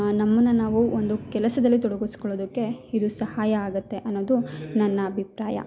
ನಮ್ಮನ್ನ ನಾವು ಒಂದು ಕೆಲಸದಲ್ಲಿ ತೊಡಗಿಸ್ಕೊಳ್ಳೋದಕ್ಕೆ ಇದು ಸಹಾಯ ಆಗತ್ತೆ ಅನ್ನೋದು ನನ್ನ ಅಭಿಪ್ರಾಯ